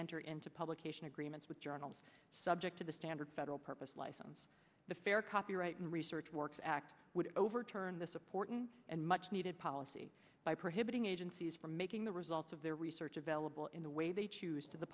enter into publication agreements with journals subject to the standard federal purpose license the fair copyright and research work act would overturn the support and much needed policy by prohibiting agencies from making the results of their research available in the way they choose to the